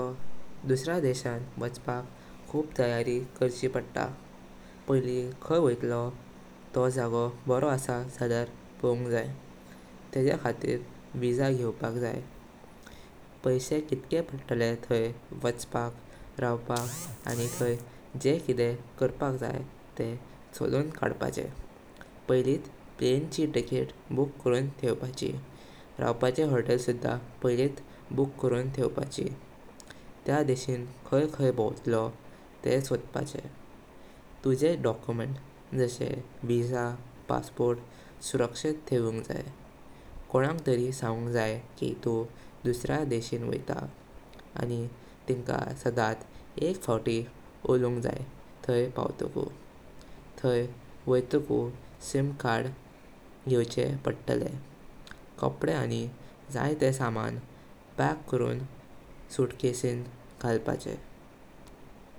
एकतो दुसऱ्या देशां वाचपाक खूब तयारी करचे पडटा। पहिली खाई वायता तो जागो बरोरो असा जाल्यार पोवुंग जाय। तेजे खातीर व्हिसा घेवपाक जाय। पशिहे कितका पडटा थाई वाचपाक, रावपाक आनी जे किते थैर करपाकजाय तेह सोडून कडपाचे। पहिलीट प्लॅनें ची टिकटें बुक करून ठेवपाची। रावपाचे होटल सुद्धा पहिलीट बुक करून ठेवपाची। त्या देशीन खाई खाई भौतलो ते सोडपाचे। तूजे डॉक्युमेंट झाशे व्हिसा, पासपोर्ट सुरक्षीत ठेवुंगजाय। कोंक तरी सांगुंग की तू दुसऱ्या देशीन वायता, आनी तिंका सादसाथ एक फावती उन्हलोंगकाई थाई पावटोकू। थाई वायटाकू सिम कार्ड घेवे पडटले। काप्डे आनी जाय तेह सामां पॅक करून सूट्कॅसिन गालपाचे।